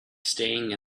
staying